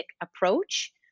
approach